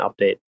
update